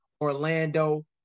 Orlando